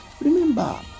Remember